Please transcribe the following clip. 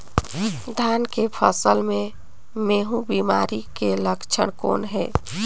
धान के फसल मे महू बिमारी के लक्षण कौन हे?